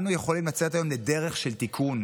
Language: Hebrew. אנו יכולים לצאת היום לדרך של תיקון.